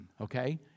okay